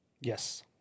Yes